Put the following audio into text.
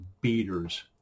beaters